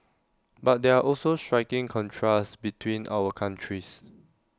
but there are also striking contrasts between our countries